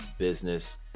business